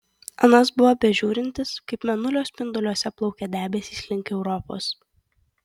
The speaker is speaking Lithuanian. anas buvo bežiūrintis kaip mėnulio spinduliuose plaukia debesys link europos